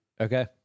Okay